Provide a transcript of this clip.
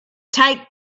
take